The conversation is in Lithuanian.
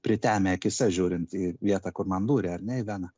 pritemę akyse žiūrint į vietą kur man dūrė ar ne į veną